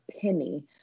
penny